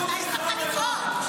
מתי הספקת לקרוא?